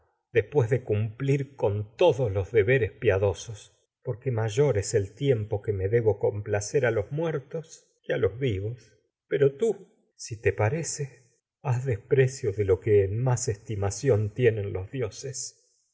después de cumplir con porque todos los deberes piadosos que mayor que a es el tiempo debo complacer a los muertos los vivos pero tú si te parece haz des precio de lo que en más estimación tienen los dioses